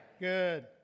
Good